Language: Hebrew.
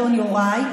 אדון יוראי,